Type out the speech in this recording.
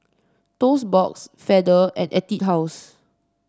Toast Box Feather and Etude House